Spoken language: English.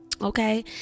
Okay